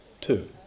two